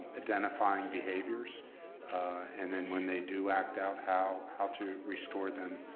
identifying behaviors and then when they do act out, how how to restore them,